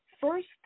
first